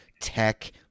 tech